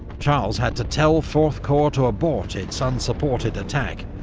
charles had to tell fourth korps to abort its unsupported attack,